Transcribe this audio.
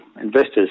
investors